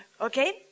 Okay